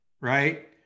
right